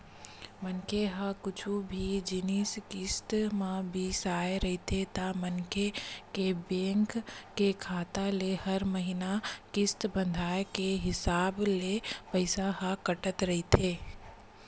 मनखे ह कुछु भी जिनिस किस्ती म बिसाय रहिथे ता मनखे के बेंक के खाता ले हर महिना किस्ती बंधाय के हिसाब ले पइसा ह कटत रहिथे